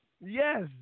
Yes